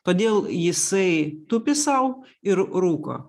todėl jisai tupi sau ir rūko